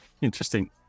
Interesting